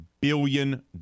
billion